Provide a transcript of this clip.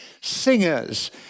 singers